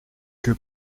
que